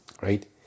right